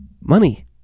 money